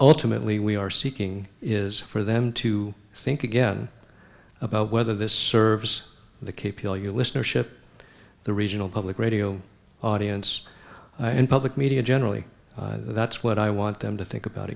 ultimately we are seeking is for them to think again about whether this serves the cape heal you listenership the regional public radio audience and public media generally that's what i want them to think about